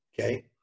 Okay